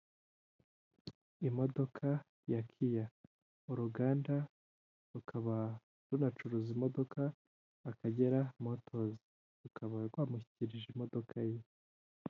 Imodoka ya Kiya, uruganda rukaba runacuruza imodoka Akagera motozi, rukaba rwamushyikirije imodoka ye.